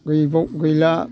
गैबाव गैला